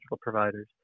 providers